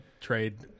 trade